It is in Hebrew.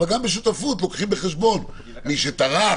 אבל גם בשותפות לוקחים בחשבון את מי שטרח,